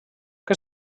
que